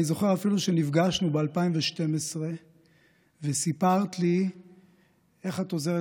אני אפילו זוכר שנפגשנו ב-2012 וסיפרת לי איך את עוזרת